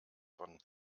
von